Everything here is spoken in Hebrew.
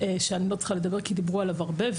שאני לא צריכה לדבר עליו כי דיברו עליו הרבה,